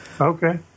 Okay